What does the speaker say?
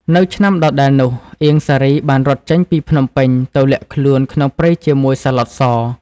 នៅឆ្នាំដដែលនោះ អៀង សារី បានរត់ចេញពីភ្នំពេញ ទៅលាក់ខ្លួនក្នុងព្រៃជាមួយ សាឡុត ស។